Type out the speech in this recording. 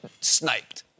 sniped